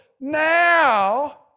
now